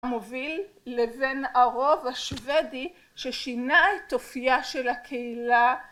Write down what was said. המוביל לבין הרוב השבדי ששינה את אופייה של הקהילה